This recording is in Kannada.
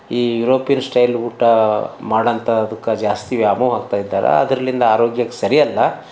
ಈ ಯುರೋಪಿಯನ್ ಸ್ಟೈಲ್ ಊಟ ಮಾಡಂಥ ಅದ್ಕೆ ಜಾಸ್ತಿ ವ್ಯಾಮೋಹ ಆಗ್ತಾ ಇದ್ದಾರೆ ಅದ್ರಲಿಂದ ಆರೋಗ್ಯಕ್ಕೆ ಸರಿ ಅಲ್ಲಾ